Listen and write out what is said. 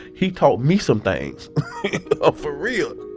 he taught me some things ah for real